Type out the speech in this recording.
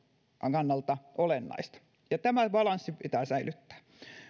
kannalta olennaista ja tämä balanssi pitää säilyttää